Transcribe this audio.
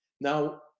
Now